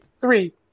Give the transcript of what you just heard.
Three